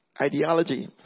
ideology